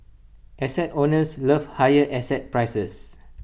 asset owners love higher asset prices